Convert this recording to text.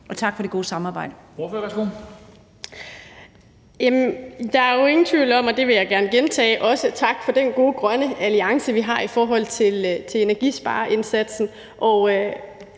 og tak for det gode samarbejde.